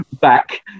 back